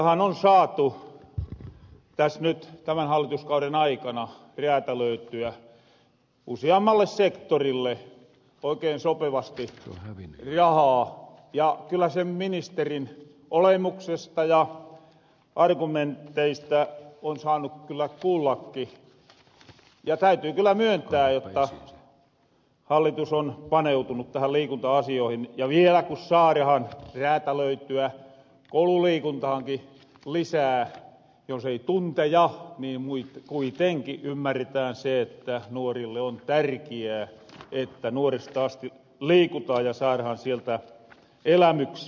liikuntahan on saatu täs nyt tämän hallituskauden aikana räätälöityä usiammalle sektorille oikein sopivasti rahaa ja kyllä sen ministerin olemuksesta ja argumenteista on saanut kyllä kuullakki ja täytyy kyllä myöntää jotta hallitus on paneutunu liikunta asioihin ja vielä ku saarahan räätälöityä koululiikuntahanki lisää jos ei tunteja niin kuitenki ymmärretään se että nuorille on tärkiää että nuoresta asti liikutaan ja saarahan sieltä elämyksiä